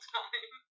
time